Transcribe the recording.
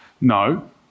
No